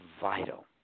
vital